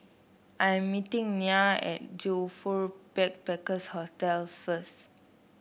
I'm meeting Nya at Joyfor Backpackers' Hostel first